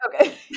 Okay